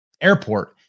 airport